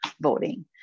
voting